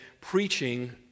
preaching